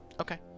Okay